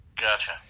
gotcha